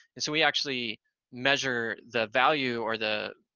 and so we actually measure the value or the,